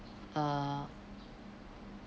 err